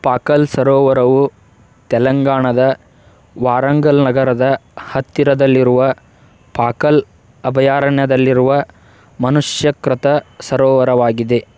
ಪಾಖಲ್ ಸರೋವರವು ತೆಲಂಗಾಣದ ವಾರಂಗಲ್ ನಗರದ ಹತ್ತಿರದಲ್ಲಿರುವ ಪಾಖಲ್ ಅಭಯಾರಣ್ಯದಲ್ಲಿರುವ ಮನುಷ್ಯಕೃತ ಸರೋವರವಾಗಿದೆ